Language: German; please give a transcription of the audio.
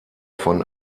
von